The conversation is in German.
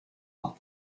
auch